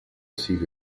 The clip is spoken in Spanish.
sigue